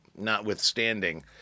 notwithstanding